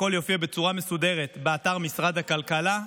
הכול יופיע בצורה מסודרת באתר משרד הכלכלה.